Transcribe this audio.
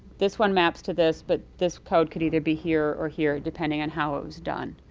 this one maps to this, but this code could either be here or here depending on how it was done.